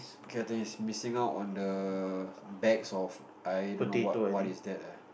okay I think he's missing out on the bags of I don't know what what is that lah